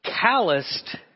calloused